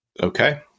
Okay